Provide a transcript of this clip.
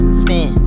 spin